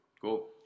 Cool